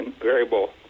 variable